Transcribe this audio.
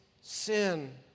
sin